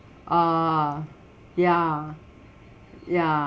ah ya ya